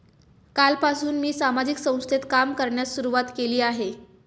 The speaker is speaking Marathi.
कालपासून मी सामाजिक संस्थेत काम करण्यास सुरुवात केली आहे